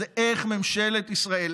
היא איך ממשלת ישראל,